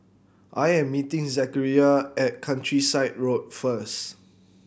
I am meeting Zachariah at Countryside Road first